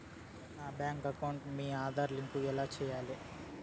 నా bank account కి Aadhaar link ఎలా సేయాలి